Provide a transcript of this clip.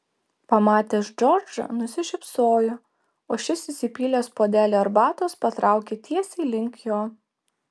pamatęs džordžą nusišypsojo o šis įsipylęs puodelį arbatos patraukė tiesiai link jo